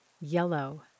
yellow